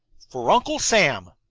for uncle sam.